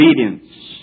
obedience